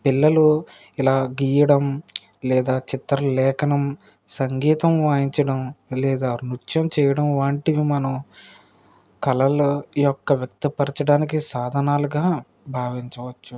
పిల్లలు ఇలా గీయడం లేదా చిత్రలేఖనం సంగీతం వాయించడం లేదా నృత్యం చేయడం వంటివి మనం కళలో ఈ యొక్క వ్యక్తపరచడానికి సాధనాలుగా భావించవచ్చు